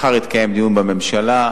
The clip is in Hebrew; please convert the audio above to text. מחר יתקיים דיון בממשלה,